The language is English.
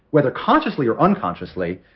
whether consciously or unconsciously,